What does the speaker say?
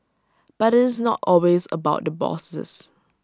but IT is not always about the bosses